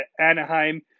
Anaheim